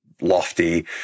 lofty